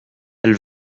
elle